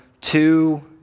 two